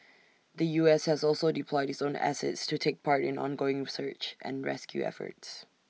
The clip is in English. the U S has also deployed its own assets to take part in ongoing research and rescue efforts